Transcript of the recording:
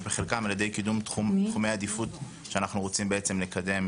ובחלקם על ידי קידום תחומי עדיפות שאנחנו רוצים לקדם,